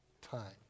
time